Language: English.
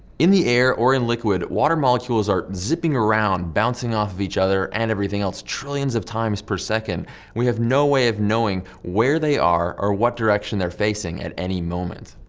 in the air, or in liquid water molecules are zipping around, bouncing off of each other and everything else trillions of times per second, and we have no way of knowing where they are or what direction they are facing at any moment.